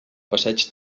passeig